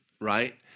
Right